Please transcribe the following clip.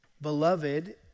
beloved